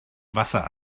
wasser